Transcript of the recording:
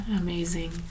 amazing